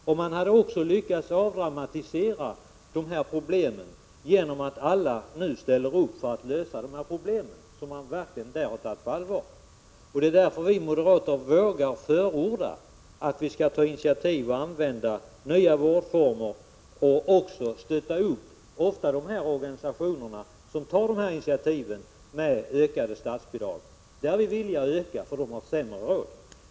Genom att alla ställde upp för att lösa problemen, som de verkligen tagit på allvar, hade man också lyckats avdramatisera dem. Det är därför vi moderater vågar förorda att vi skall ta initiativ och använda nya vårdformer och också att vi med ökade statsbidrag skall stödja de organisationer som tar sådana initiativ. Anslagen till dem är vi villiga att öka, för de har sämre råd.